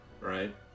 right